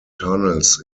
tunnels